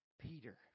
Peter